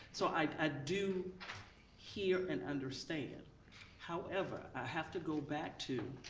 so i ah do hear and understand. however, i have to go back to.